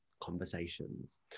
conversations